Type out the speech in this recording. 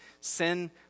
Sin